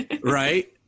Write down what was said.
Right